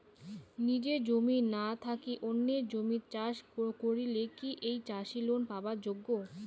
নিজের জমি না থাকি অন্যের জমিত চাষ করিলে কি ঐ চাষী লোন পাবার যোগ্য?